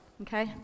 Okay